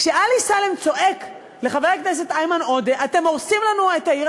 כשעלי סלאם צועק לחבר הכנסת איימן עודה: אתם הורסים לנו את העיר,